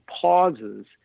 pauses